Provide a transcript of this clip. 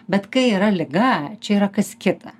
bet kai yra liga čia yra kas kita